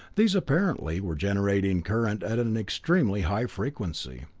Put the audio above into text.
these, apparently, were generating current at an extremely high frequency.